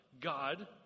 God